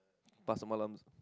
pasar malam